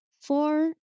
four